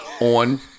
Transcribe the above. on